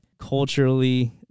culturally